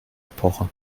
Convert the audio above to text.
epoche